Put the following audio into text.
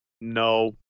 no